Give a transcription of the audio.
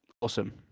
awesome